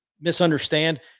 misunderstand